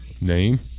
Name